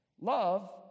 Love